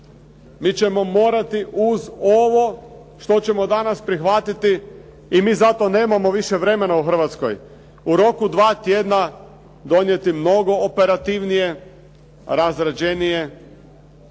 Mi ćemo morati uz ovo što ćemo danas prihvatiti i mi zato nemamo više vremena u Hrvatskoj, u roku 2 tjedna donijeti mnogo operativnije, razrađenije,